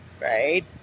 right